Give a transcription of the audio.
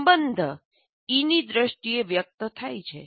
સંબંધ ઇ ની દ્રષ્ટિએ વ્યક્ત થાય છે